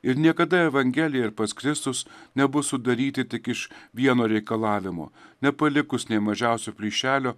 ir niekada evangelija ir pats kristus nebus sudaryti tik iš vieno reikalavimo nepalikus nei mažiausio plyšelio